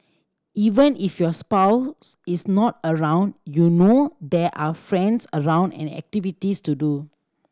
even if your spouse is not around you know there are friends around and activities to do